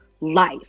life